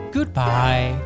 Goodbye